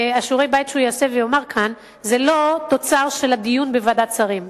ושיעורי-הבית שהוא יעשה ויאמר כאן זה לא תוצר הדיון בוועדת השרים,